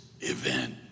event